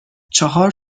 چهار